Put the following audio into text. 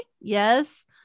Yes